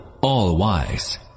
all-wise